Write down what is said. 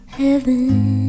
heaven